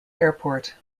airport